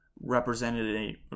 representative